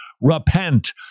repent